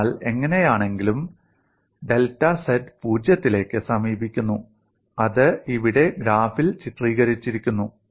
അതിനാൽ എങ്ങനെയാണെങ്കിലും delta z 0 ത്തിലേക്ക് സമീപിക്കുന്നു അത് ഇവിടെ ഗ്രാഫിൽ ചിത്രീകരിച്ചിരിക്കുന്നു